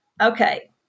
Okay